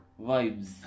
Vibes